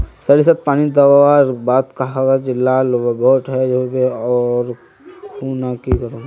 सरिसत पानी दवर बात गाज ला बोट है होबे ओ खुना की करूम?